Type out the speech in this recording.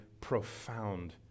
profound